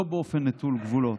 לא באופן נטול גבולות.